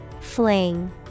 Fling